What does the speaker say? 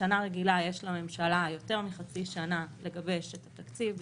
בשנה רגילה יש לממשלה יותר מחצי שנה לגבש את התקציב,